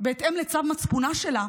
בהתאם לצו מצפונה שלה,